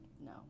no